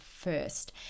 first